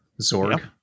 Zorg